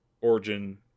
Origin